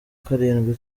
karindwi